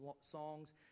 songs